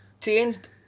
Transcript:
changed